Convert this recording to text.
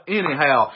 anyhow